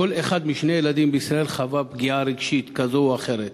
שכל אחד משני ילדים בישראל חווה פגיעה רגשית כזו או אחרת,